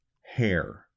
hair